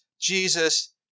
Jesus